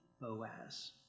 Boaz